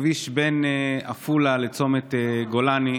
הכביש בין עפולה לצומת גולני,